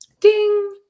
ding